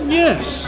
Yes